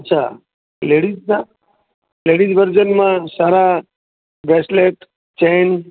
અચ્છા લેડિસના લેડિસ વર્જનમાં સારા બ્રેસલેટ ચેન